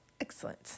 excellent